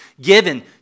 given